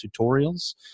tutorials